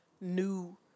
new